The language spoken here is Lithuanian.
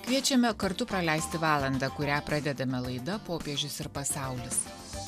kviečiame kartu praleisti valandą kurią pradedame laida popiežius ir pasaulis